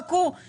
חכו,